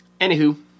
Anywho